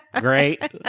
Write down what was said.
Great